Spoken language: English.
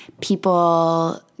people